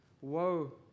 Woe